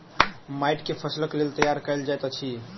माइट के फसीलक लेल तैयार कएल जाइत अछि